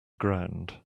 ground